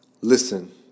Listen